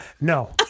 No